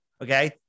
okay